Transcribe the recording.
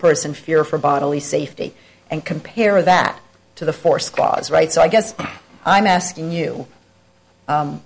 person fear for bodily safety and compare that to the four squads right so i guess i'm asking you